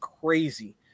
crazy